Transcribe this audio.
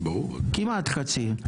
כמעט חצי.